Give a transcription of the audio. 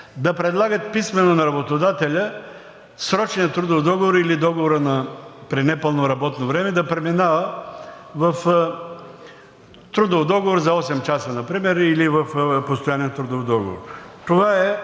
да предлагат писмено на работодателя срочният трудов договор или договорът при непълно работно време да преминава в трудов договор за осем часа например или в постоянен трудов договор.